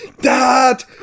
Dad